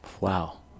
Wow